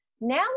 Now